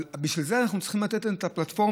אבל בשביל זה אנחנו צריכים לתת להם את הפלטפורמה,